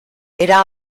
era